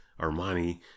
Armani